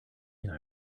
mean